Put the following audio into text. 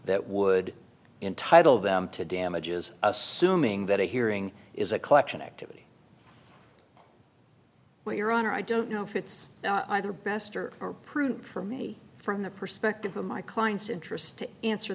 that would entitle them to damages assuming that a hearing is a collection activity well your honor i don't know if it's either bester or proof for me from the perspective of my client's interest to answer